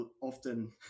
often